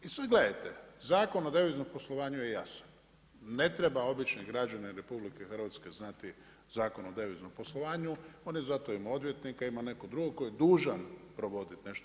I sada gledajte Zakon o deviznom poslovanju je jasan, ne treba obični građanin RH znati Zakon o deviznom poslovanju, oni zato imaju odvjetnika imaju nekog drugog koji je dužan provoditi nešto.